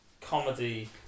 comedy